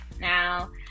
now